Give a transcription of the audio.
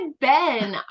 Ben